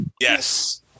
Yes